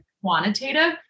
quantitative